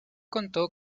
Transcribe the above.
contó